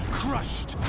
crushed.